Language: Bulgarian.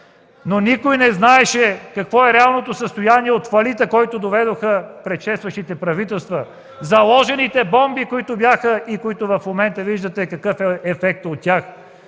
Но никой не знаеше какво е реалното състояние от фалита, до който доведоха предшестващите правителства (шум и реплики), заложените бомби, които бяха, и в момента виждате какъв е ефектът от тях.